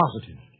Positive